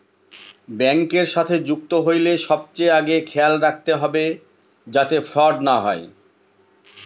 ব্যাঙ্কের সাথে যুক্ত হইলে সবচেয়ে আগে খেয়াল রাখবে যাতে ফ্রড না হয়